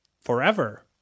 forever